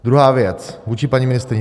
Druhá věc, vůči paní ministryni.